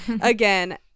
again